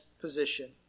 position